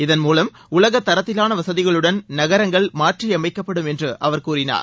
இதன் மூலம் உலக தரத்திலான வசதிகளுடன் நகரங்கள் மாற்றியமைக்கப்படும் என்று அவர் கூறினார்